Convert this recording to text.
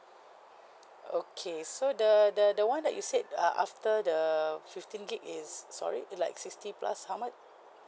okay so the the the one that you said uh after the fifteen gig is sorry like sixty plus how much